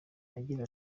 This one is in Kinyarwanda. agira